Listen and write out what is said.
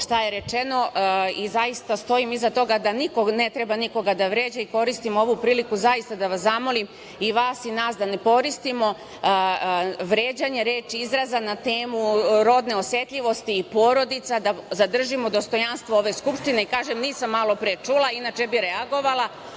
šta je rečeno. Zaista stojim iza toga da niko ne treba nikoga da vređa i koristim ovu priliku zaista da vas zamolim, i vas i nas, da ne koristimo vređanje, reči i izraze na temu rodne osetljivosti i porodica, da zadržimo dostojanstvo ove Skupštine. Kažem, nisam malo pre čula, inače bih reagovala. Što